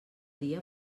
dia